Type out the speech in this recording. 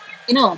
I know